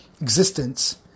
existence